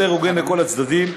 יותר הוגן לכל הצדדים,